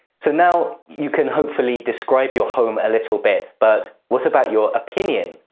so now you can hopefully describe your home a little bit, but what about your opinion?